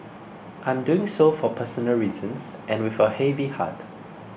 I am doing so for personal reasons and with a heavy heart